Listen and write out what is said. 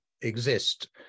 exist